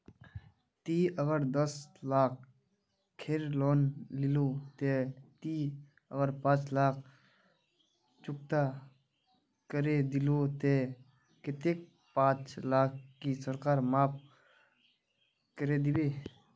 ती अगर दस लाख खेर लोन लिलो ते ती अगर पाँच लाख चुकता करे दिलो ते कतेक पाँच लाख की सरकार माप करे दिबे?